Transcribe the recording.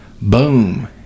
boom